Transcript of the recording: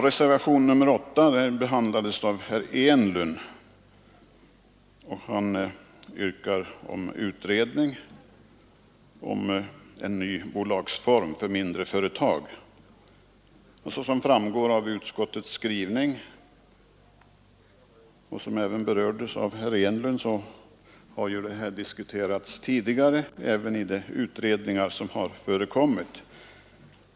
Reservation nr 8 behandlades av herr Enlund. Han yrkade på en utredning om en ny bolagsform för mindre företag. Som framgår av utskottets skrivning — som även berörts av herr Enlund — har detta diskuterats även av tidigare utredningar.